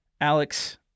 Alex